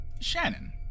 Shannon